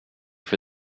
for